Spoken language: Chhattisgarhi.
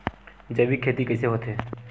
जैविक खेती कइसे होथे?